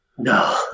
no